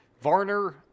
Varner